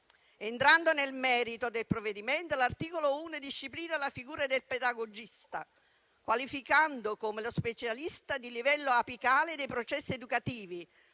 Entrando nel merito del provvedimento, l'articolo 1 disciplina la figura del pedagogista, qualificandolo come lo specialista di livello apicale dei processi educativi,